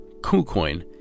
KuCoin